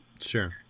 Sure